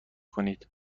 کنید